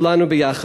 כולנו ביחד.